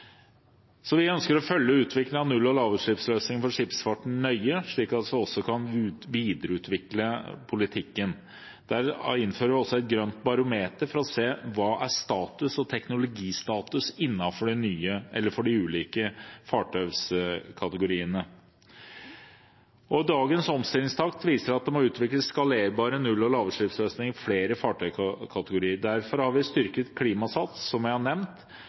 Vi ønsker å følge utviklingen av null- og lavutslippsløsninger for skipsfarten nøye, slik at vi også kan videreutvikle politikken. Vi innfører også et grønt barometer for å se hva som er status og teknologistatus innenfor de ulike fartøyskategoriene. Dagens omstillingstakt viser at det må utvikles skalerbare null- og lavutslippsløsninger for flere fartøyskategorier. Derfor har vi styrket Klimasats, som jeg har nevnt.